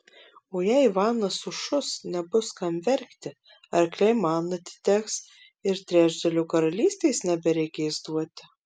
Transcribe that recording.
o jei ivanas sušus nebus kam verkti arkliai man atiteks ir trečdalio karalystės nebereikės duoti